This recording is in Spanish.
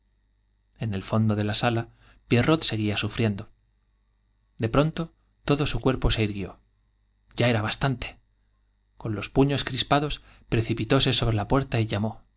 en el fondo de la sala pierrot seguía sufriendo de pronto todo su cuerpo se irguió i ya era bastante con los puños crispados precpitóse sobre la puerta y llamó